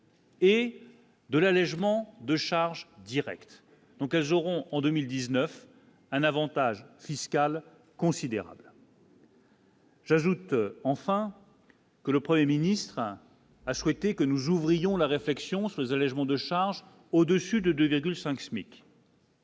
Et de l'allégement de charges directes, donc elles auront en 2019, un Avantage fiscal considérable. J'ajoute enfin. Que le 1er ministre a souhaité que nous ouvrions la réflexion sur les allégements de charges, au-dessus de 2,5 SMIC.